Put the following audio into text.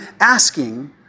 asking